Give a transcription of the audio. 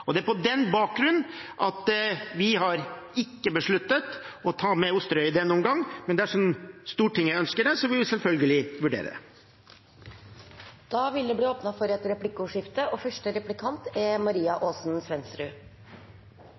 området. Det er på den bakgrunn vi har besluttet å ikke ta med Osterøy i denne omgang, men dersom Stortinget ønsker det, vil vi selvfølgelig vurdere det. Det blir replikkordskifte. Arbeiderpartiet mener en fengselsstruktur som også ivaretar de små og unike soningstilbudene, er viktig for landet vårt. Er